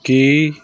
ਕੀ